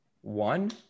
one